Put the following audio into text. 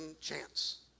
chance